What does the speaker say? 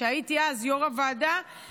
כשהייתי אז יו"ר הוועדה,